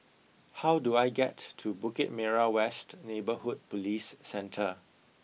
how do I get to Bukit Merah West Neighbourhood Police Centre